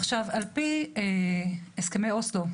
עכשיו, על פי הסכמי אוסלו,